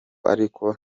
ariko